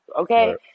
Okay